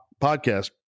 podcast